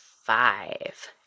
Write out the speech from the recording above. Five